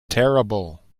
terrible